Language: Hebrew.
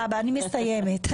אני מסיימת.